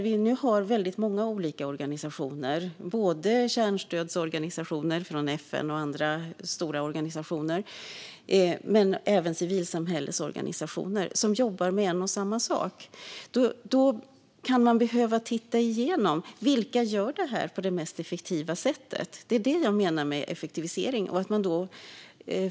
Vi har väldigt många olika organisationer, såväl FN:s kärnstödsorganisationer och andra stora organisationer som civilsamhällesorganisationer, som jobbar med en och samma sak. Då kan man behöva se över vilka som gör det på mest effektiva sätt. Det är detta jag menar med effektivisering.